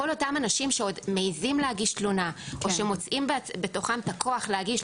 כל אותם אנשים שעוד מעיזים להגיש תלונה או שמוצאים בתוכם את הכוח להגיש,